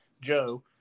Joe